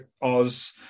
Oz